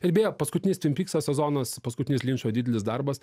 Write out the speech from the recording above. ir beje paskutinis tvin pykso sezonas paskutinis linčo didelis darbas